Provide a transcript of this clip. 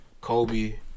Kobe